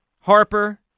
Harper